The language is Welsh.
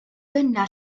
dyna